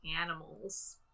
animals